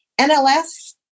NLS